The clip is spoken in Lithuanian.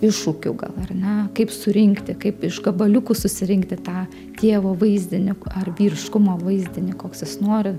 iššūkių gal ar ne kaip surinkti kaip iš gabaliukų susirinkti tą tėvo vaizdinį ar vyriškumo vaizdinį koks jis nori